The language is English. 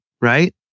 right